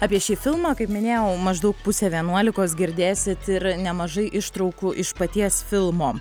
apie šį filmą kaip minėjau maždaug pusę vienuolikos girdėsit ir nemažai ištraukų iš paties filmo